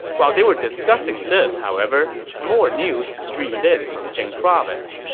while they were discussing this, however, more news streamed in from jing province.